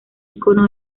ícono